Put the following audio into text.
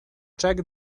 check